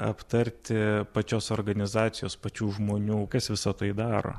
aptarti pačios organizacijos pačių žmonių kas visa tai daro